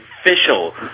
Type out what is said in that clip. official